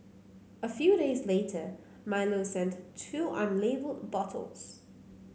a few days later Milo sent two unlabelled bottles